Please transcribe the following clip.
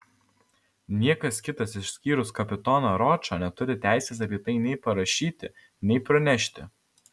niekas kitas išskyrus kapitoną ročą neturi teisės apie tai nei parašyti nei pranešti